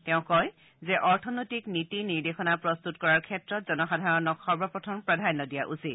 তেওঁ কয় যে অৰ্থনৈতিক নীতি নিৰ্দেশনা প্ৰস্তুত কৰাৰ ক্ষেত্ৰত জনসাধাৰণক সৰ্বপ্ৰথম প্ৰাধান্য দিয়া উচিত